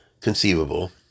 conceivable